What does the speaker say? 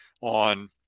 on